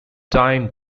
time